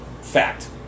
Fact